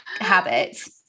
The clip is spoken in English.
habits